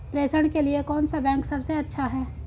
प्रेषण के लिए कौन सा बैंक सबसे अच्छा है?